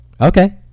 Okay